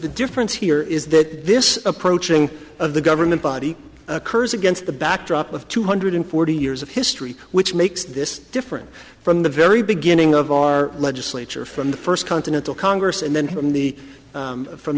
the difference here is that this approaching of the government body occurs against the backdrop of two hundred forty years of history which makes this different from the very beginning of our legislature from the first continental congress and then from the from